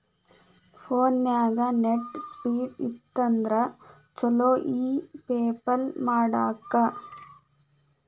ಫೋನ್ಯಾಗ net speed ಇತ್ತಂದ್ರ ಚುಲೊ ಇ ಪೆಪಲ್ ಮಾಡಾಕ